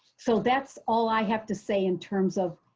so, that's all i have to say in terms of